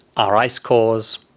our ice cores,